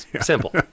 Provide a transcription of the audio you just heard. simple